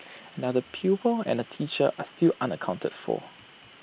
another pupil and A teacher are still unaccounted for